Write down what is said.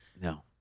no